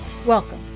Welcome